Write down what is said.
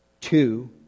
Two